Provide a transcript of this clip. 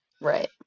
Right